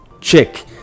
check